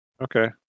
Okay